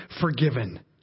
forgiven